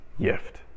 gift